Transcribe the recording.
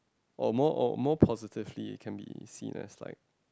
or more or more positively can be seen as like